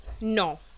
No